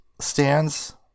stands